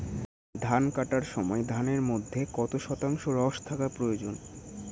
ধান কাটার সময় ধানের মধ্যে কত শতাংশ রস থাকা প্রয়োজন?